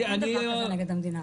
אין דבר כזה נגד המדינה.